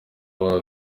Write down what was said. wabo